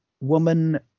woman